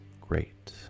great